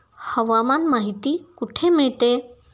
हवामान माहिती कुठे मिळते?